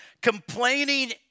Complaining